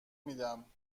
میدم